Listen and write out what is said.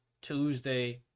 Tuesday